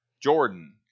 Jordan